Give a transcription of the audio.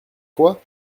fois